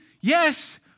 yes